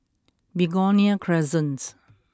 Begonia Crescent